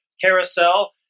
carousel